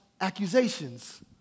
accusations